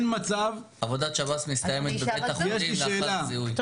עבודת שב"ס מסתיימת בבית החולים לאחר זיהוי.